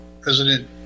President